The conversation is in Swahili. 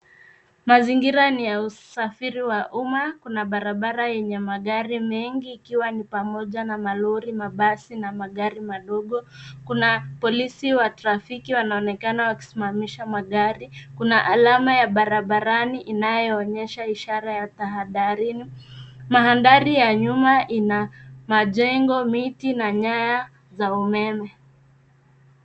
Mazingira ni ya usafiri wa umma , kuna barabara yenye magari mengi ikiwa ni pamoja na malori, mabasi na magari madogo. Kuna polisi wa trafiki wanaonekna wakisimamisha magari, kuna alama ya barabarani inayoonyesha ishara ya tahadharini. Mandhari ya nyuma ina majengo, miti na nyaya za umeme.